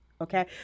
okay